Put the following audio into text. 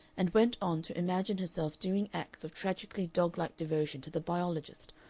and went on to imagine herself doing acts of tragically dog-like devotion to the biologist,